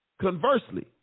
Conversely